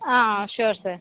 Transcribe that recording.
ஆ ஆ sure sir